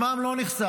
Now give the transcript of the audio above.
שמם לא נחשף.